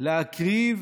להקריב